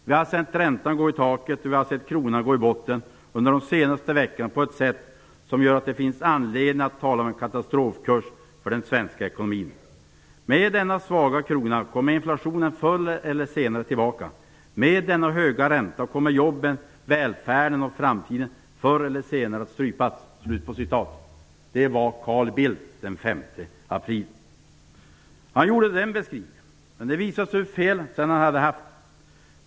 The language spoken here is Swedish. Vi har sett räntan gå i taket, och vi har sett kronan gå i botten under de senaste veckorna på ett sätt som gör att det finns anledning att tala om en katastrofkurs för den svenska ekonomin. Med denna svaga krona kommer förr eller senare inflationen tillbaka. Med denna höga ränta kommer jobben, välfärden och framtiden förr eller senare att strypas." Det var vad Carl Bildt sade den 5 april 1995. Han gjorde den beskrivningen, men det visade sig sedan hur fel han hade.